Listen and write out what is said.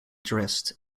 dressed